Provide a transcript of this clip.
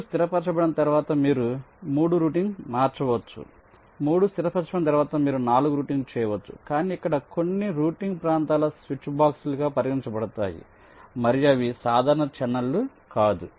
2 స్థిర పరచబడిన తర్వాత మీరు 3 రూటింగ్ మార్చవచ్చు 3 స్థిర పరచబడిన తర్వాత మీరు 4 రూటింగ్ చేయవచ్చు కానీ ఇక్కడ కొన్ని రౌటింగ్ ప్రాంతాలు స్విచ్ బాక్స్లుగా పరిగణించబడతాయి మరియు అవి సాధారణ ఛానెల్లు కాదు